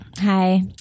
Hi